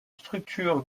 structure